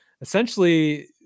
Essentially